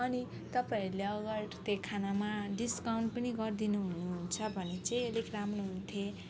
अनि तपाईँहरूले अगर त्यो खानामा डिस्काउन्ट पनि गरिदिनु हुनुहुन्छ भने चाहिँ अलिक राम्रो हुन्थ्यो